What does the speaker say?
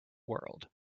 world